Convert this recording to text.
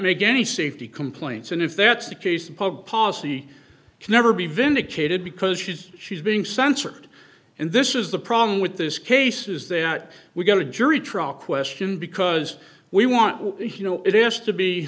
make any safety complaints and if that's the case public policy can never be vindicated because she's she's being censored and this is the problem with this case is that we got a jury trial question because we want to know it has to be